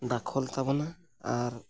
ᱫᱟᱠᱷᱚᱞ ᱛᱟᱵᱚᱱᱟ ᱟᱨ